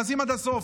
נכנסים עד הסוף.